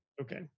Okay